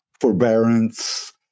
forbearance